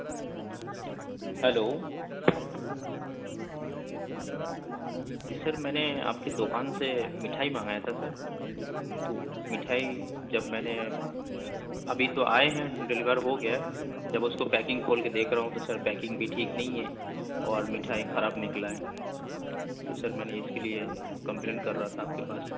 hello جی sir میں نے آپ کے دوکان سے مٹھائی منگایا تھا سر تو مٹھائی جب میں نے ابھی تو آئے ہیں ڈلیور ہو گیا جب اس کو پیکنگ کھول کے دیکھ رہا ہوں تو سر پیکنگ بھی ٹھیک نہیں ہے اور مٹھائی خراب نکلا ہے تو سر میں نے اس کے لیے کمپلین کر رہا تھا آپ کے پاس